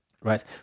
Right